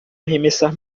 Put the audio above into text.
arremessar